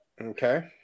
Okay